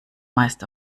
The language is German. meist